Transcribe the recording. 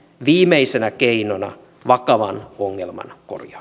viimeisenä keinona vakavan ongelman